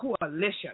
coalition